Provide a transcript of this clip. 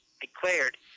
declared